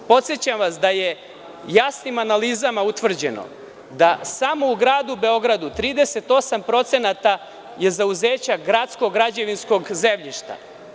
Podsećam vas da je jasnim analizama utvrđeno da samo u gradu Beogradu 38% je zauzeća gradskog građevinskog zemljišta.